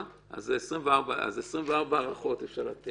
24 הארכות אפשר לתת.